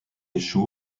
échoue